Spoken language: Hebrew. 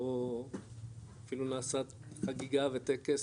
כאילו נעשתה חגיגה וטקס,